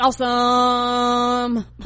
awesome